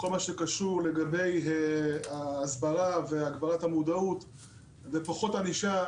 כל מה שקשור לגבי ההסברה והגברת המודעות ופחות ענישה.